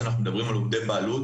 כשאנחנו מדברים על עובדי בעלות,